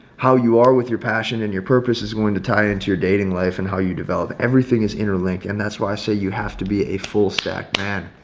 how you are with your passion and your purpose is going to tie into your dating life and how you develop everything is interlinked. and that's why i say you have to be a full stack man.